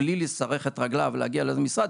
בלי לכתת רגליו להגיע לאיזה משרד,